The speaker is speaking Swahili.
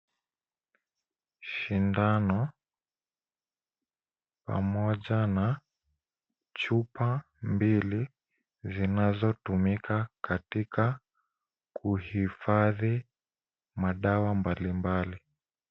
Shindano pamoja na chupa mbili zinazotumika katika kuhifadhi madawa mbalimbali.